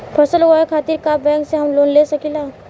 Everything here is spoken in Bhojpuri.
फसल उगावे खतिर का बैंक से हम लोन ले सकीला?